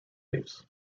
leafs